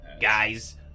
Guys